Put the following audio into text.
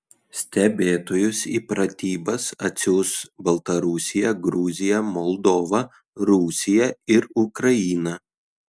stebėtojus į pratybas atsiųs baltarusija gruzija moldova rusija ir ukraina